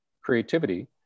creativity